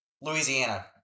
Louisiana